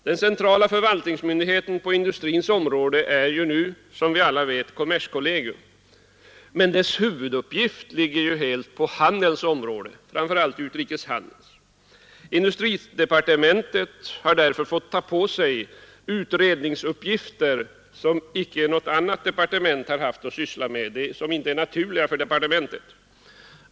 Den centrala förvaltningsmyndigheten på industrins område är nu som vi alla vet kommerskollegium, men dess huvuduppgift ligger helt på handelns område, framför allt utrikeshandeln. Industridepartementet har därför fått ta på sig utredningsuppgifter av sådan art som inte något annat departement har haft att syssla med och som inte är naturliga för departementet.